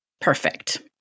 Perfect